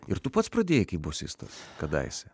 ir tu pats pradėjai kaip bosistas kadaise